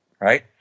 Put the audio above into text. right